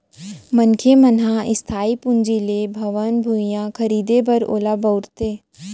मनखे मन ह इस्थाई पूंजी ले भवन, भुइयाँ खरीदें बर ओला बउरथे